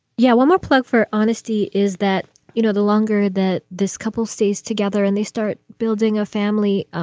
yeah. well, my plug for honesty is that, you know, the longer that this couple stays together and they start building a family,